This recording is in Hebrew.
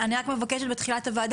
אני רק מבקשת בתחילת הוועדה,